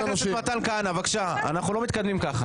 חבר הכנסת מתן כהנא, אנחנו לא מתקדמים ככה.